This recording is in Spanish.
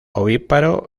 ovíparo